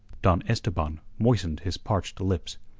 don esteban moistened his parched lips,